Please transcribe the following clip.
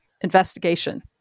investigation